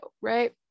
right